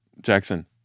jackson